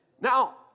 Now